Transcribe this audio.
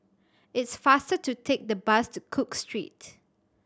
it's faster to take the bus to Cook Street